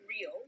real